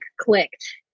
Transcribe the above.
clicked